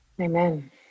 Amen